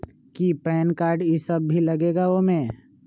कि PAN card इ सब भी लगेगा वो में?